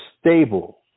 stable